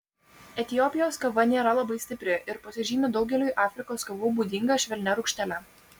etiopijos kava nėra labai stipri ir pasižymi daugeliui afrikos kavų būdinga švelnia rūgštele